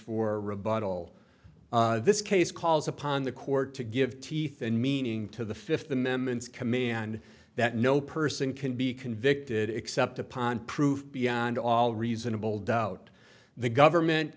rebuttal this case calls upon the court to give teeth and meaning to the fifth amendments command that no person can be convicted except upon proved beyond all reasonable doubt the government